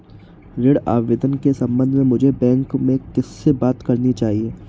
ऋण आवेदन के संबंध में मुझे बैंक में किससे बात करनी चाहिए?